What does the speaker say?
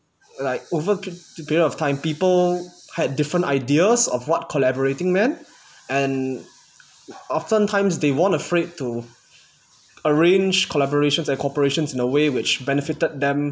like over a pe~ period of time people had different ideas of what collaborating meant and often times they weren't afraid to arrange collaborations and cooperations in a way which benefited them